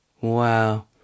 Wow